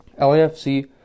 LAFC